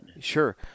Sure